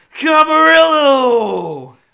Camarillo